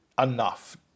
Enough